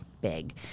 big